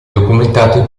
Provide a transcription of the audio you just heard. documentati